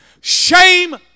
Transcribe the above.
Shame